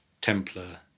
Templar